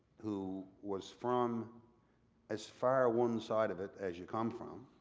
who was from as far one side of it as you come from,